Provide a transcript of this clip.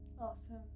awesome